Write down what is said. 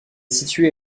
située